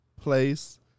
place